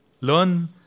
Learn